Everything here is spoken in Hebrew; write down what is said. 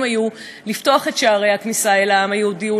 היו לפתוח את שערי הכניסה לעם היהודי,